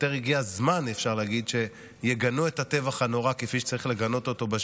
אפשר להגיד שהגיע הזמן שיגנו את הטבח